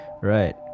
right